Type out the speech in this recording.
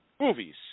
movies